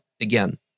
again